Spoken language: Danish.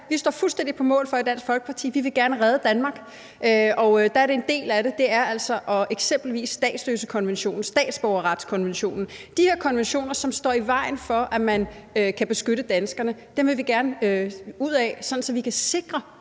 fuldstændig på mål for, at vi gerne vil redde Danmark, og der er en del af det altså, at eksempelvis statsløsekonventionen og statsborgerretskonventionen, som står i vejen for, at man kan beskytte danskerne, vil vi gerne ud af, så vi også kan sikre